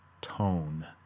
tone